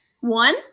One